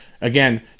Again